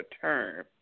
term